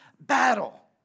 battle